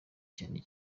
cyane